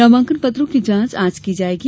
नामांकन पत्रों की जांच आज की जायेगी